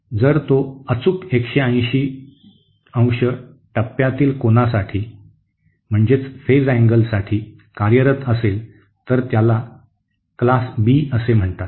जर तो अचूक 180 अंश टप्प्यातील कोनासाठी कार्यरत असेल तर त्याला वर्ग बी असे म्हणतात